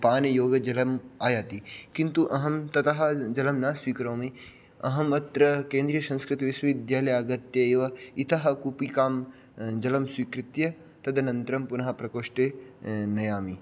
पानयोगजलम् आयाति किन्तु अहं ततः जलं स्वीकरोमि अहं अत्र केन्द्रीयसंस्कृतविश्वविद्यालये आगत्य एव इतः कुपिकां जलं स्वीकृत्य तदनन्तरं पुनः प्रकोष्ठे नयामि